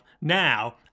Now